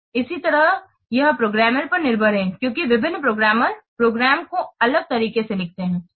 इसी तरह यह प्रोग्रामर पर निर्भर है क्योंकि विभिन्न प्रोग्रामर प्रोग्राम को अलग तरीके से लिखेंगे